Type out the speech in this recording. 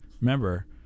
Remember